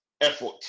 effort